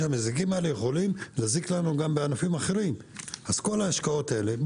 שהמזיקים האלה יכולים להזיק לנו גם בענפים אחרים אז כל ההשקעות האלה,